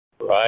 Right